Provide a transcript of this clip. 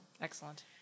Excellent